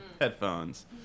Headphones